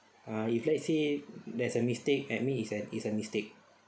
ah if let's say there's a mistake admit is an is a mistake